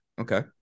Okay